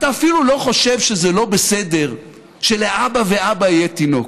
אתה אפילו לא חושב שזה לא בסדר שלאבא ואבא יהיה תינוק.